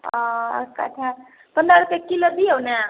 आओर कठहर पन्द्रह रुपए किलो दिऔ ने